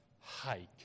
hike